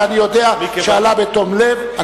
ואני יודע שעלה בתום לב,